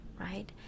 right